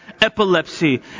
epilepsy